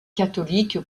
catholique